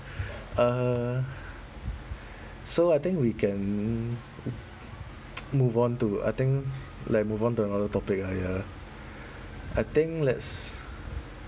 uh so I think we can move on to I think like move on to another topic ah ya I think let's